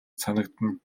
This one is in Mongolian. санагдана